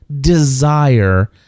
desire